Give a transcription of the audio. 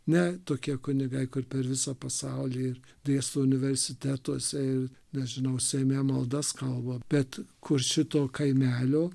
ne tokie kunigai kur per visą pasaulį ir dėsto universitetuose ir nes žinau seime maldas kalba bet kur šito kaimelio